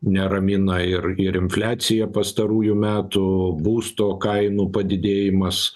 neramina ir ir infliacija pastarųjų metų būsto kainų padidėjimas